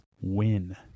win